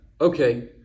Okay